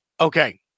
Okay